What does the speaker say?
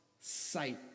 sight